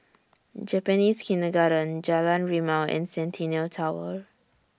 Japanese Kindergarten Jalan Rimau and Centennial Tower